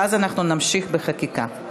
ואז אנחנו נמשיך בחקיקה.